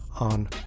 on